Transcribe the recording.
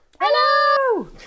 Hello